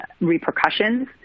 repercussions